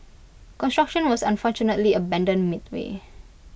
construction was unfortunately abandoned midway